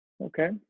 Okay